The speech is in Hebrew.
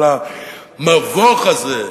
כל המבוך הזה,